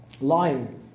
lying